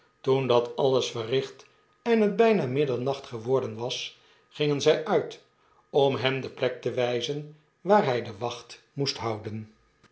toen dat alles verricht en het bijna middernacht geworden was gingen zij uit om hem de plek te wijzen waar hij de wacht moest houden